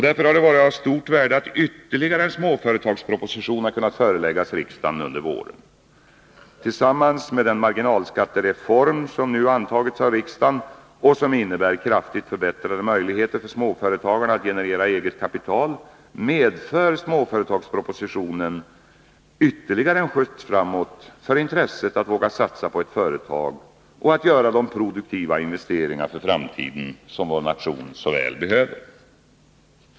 Därför har det varit av stort värde att ytterligare en småföretagsproposition kunnat föreläggas riksdagen under våren. Tillsammans med den marginalskattereform som nu antagits av riksdagen, och som innebär kraftigt förbättrade möjligheter för småföretagarna att generera eget kapital, medför småföretagspropositionen ytterligare en skjuts framåt för intresset att våga satsa på ett företag och att göra de produktiva investeringar för framtiden som vår nation så väl behöver.